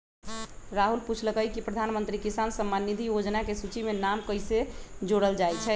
राहुल पूछलकई कि प्रधानमंत्री किसान सम्मान निधि योजना के सूची में नाम कईसे जोरल जाई छई